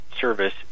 service